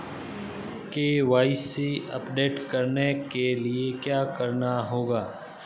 KYC update करने के लिए क्या करना होगा?